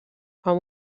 amb